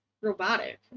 robotic